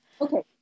Okay